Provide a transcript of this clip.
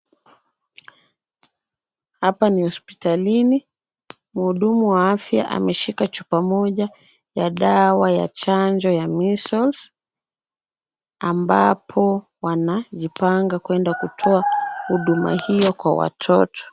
Hapa ni hospitalini. Mhudumu wa afya ameshika chupa moja ya dawa ya chanjo ya measles , ambapo wanajipanga kwenda kutoa huduma hiyo kwa watoto.